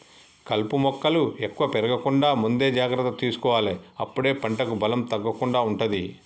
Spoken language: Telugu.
కలుపు మొక్కలు ఎక్కువ పెరగకుండా ముందే జాగ్రత్త తీసుకోవాలె అప్పుడే పంటకు బలం తగ్గకుండా ఉంటది